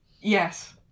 yes